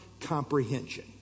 comprehension